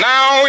Now